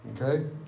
Okay